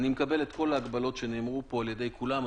אני מקבל את כל ההגבלות שנאמרו פה על ידי כולם.